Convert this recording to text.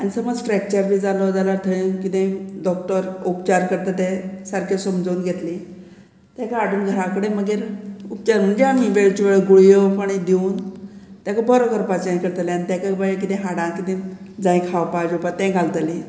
आनी समज फ्रॅक्चर बी जालो जाल्यार थंय किदेंय डॉक्टर उपचार करता ते सारके समजोन घेतली तेका हाडून घरा कडेन मागीर उपचार म्हणजे आमी वेळच्यो वेळ गुळयो पाणी दिवन तेका बरो करपाचें करतलें आनी तेका बाये कितें हाडांक किदें जाय खावपा जेवपाक तें घालतलीं